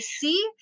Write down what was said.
see